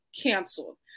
canceled